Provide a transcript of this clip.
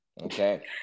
Okay